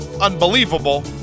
unbelievable